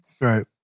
right